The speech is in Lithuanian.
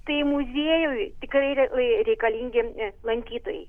tai muziejuj tikrai reikalingi lankytojai